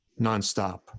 nonstop